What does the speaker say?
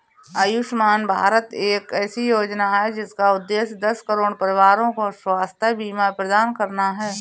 आयुष्मान भारत एक ऐसी योजना है जिसका उद्देश्य दस करोड़ परिवारों को स्वास्थ्य बीमा प्रदान करना है